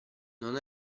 non